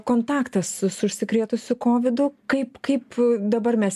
kontaktas su su užsikrėtusiu kovidu kaip kaip dabar mes